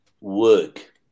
work